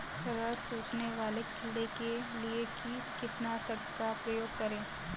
रस चूसने वाले कीड़े के लिए किस कीटनाशक का प्रयोग करें?